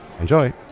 Enjoy